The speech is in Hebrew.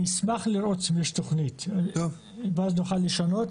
אני אשמח לראות אם יש תכנית, ואז נוכל לשנות.